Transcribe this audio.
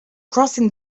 crossing